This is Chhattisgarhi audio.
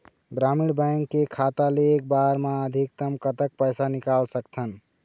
ग्रामीण बैंक के खाता ले एक बार मा अधिकतम कतक पैसा निकाल सकथन?